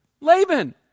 Laban